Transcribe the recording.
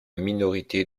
minorité